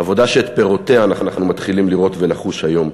עבודה שאת פירותיה אנחנו מתחילים לראות ולחוש היום,